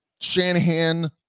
Shanahan